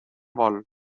vol